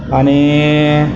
आणि